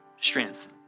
strength